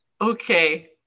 okay